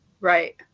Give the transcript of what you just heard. Right